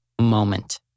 moment